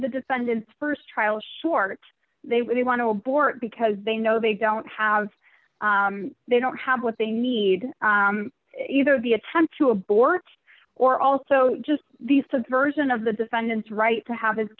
the defendants st trial short they really want to abort because they know they don't have they don't have what they need either the attempt to abort or also just these subversion of the defendant's right to have his